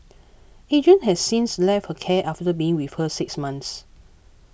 Adrian has since left her care after being with her six months